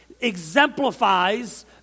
exemplifies